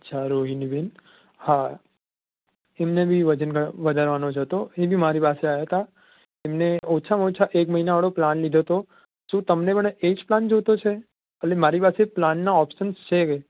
અચ્છા રોહિણીબેન હા એમને બી વજન વધારવાનો જ હતો એ બી મારી પાસે આવ્યાં હતાં એમને ઓછામાં ઓછા એક મહિનાવાળો પ્લાન લીધો હતો શું તમને પણ એ જ પ્લાન જોઈએ છે એટલે મારી પાસે પ્લાનના ઓપ્શન્સ છે કે